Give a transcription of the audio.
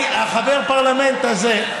חבר הפרלמנט הזה,